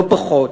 לא פחות,